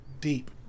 deep